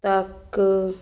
ਤੱਕ